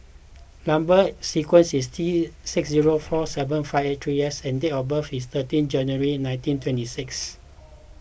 Number Sequence is T six zero four seven five eight three S and date of birth is thirteenth January nineteen twenty six